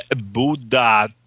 Buddha